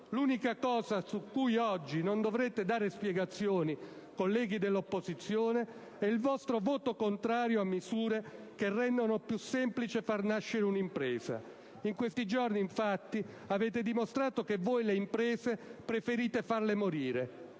L'unica cosa su cui oggi non dovrete dare spiegazioni, colleghi dell'opposizione, è il vostro voto contrario a misure che rendono più semplice far nascere un'impresa: in questi giorni, infatti, avete dimostrato che voi le imprese preferite farle morire.